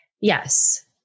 yes